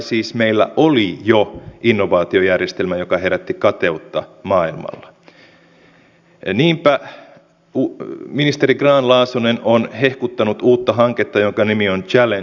mitenkä on arvioitu nykyhallituksessa pakotteiden vaikutus ja milloin ne arvioidaan uudelleen eu tasolla ja mikä on suomen linja näissä kohdin koska se on se yksi kivi tällä hetkellä sinne venäjän suuntaan miten niihin suhtaudutaan